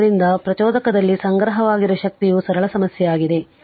ಆದ್ದರಿಂದ ಪ್ರಚೋದಕದಲ್ಲಿ ಸಂಗ್ರಹವಾಗಿರುವ ಶಕ್ತಿಯು ಸರಳ ಸಮಸ್ಯೆಯಾಗಿದೆ